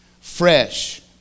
fresh